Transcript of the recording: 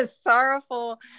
sorrowful